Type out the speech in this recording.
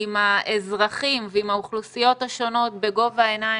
עם האזרחים ועם האוכלוסיות השונות בגובה העיניים.